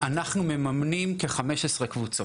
אנחנו מממנים כ-15 קבוצות.